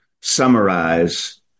summarize